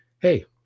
hey